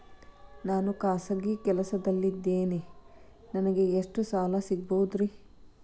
ನಾನು ಖಾಸಗಿ ಕೆಲಸದಲ್ಲಿದ್ದೇನೆ ನನಗೆ ಎಷ್ಟು ಸಾಲ ಸಿಗಬಹುದ್ರಿ?